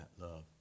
love